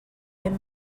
ben